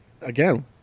again